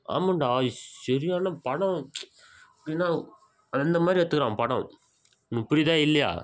ஆமாண்டா ஸ் சரியான படம் அந்த மாதிரி எடுத்திருக்கிறான் படம் உனக்கு புரியுதா இல்லையா